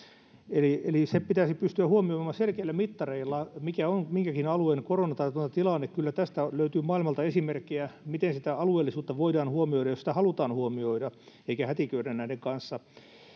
eli se pitäisi pystyä huomioimaan selkeillä mittareilla mikä on minkäkin alueen koronatartuntatilanne kyllä tästä löytyy maailmalta esimerkkejä miten sitä alueellisuutta voidaan huomioida jos sitä halutaan huomioida eikä hätiköidä näiden kanssa